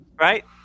Right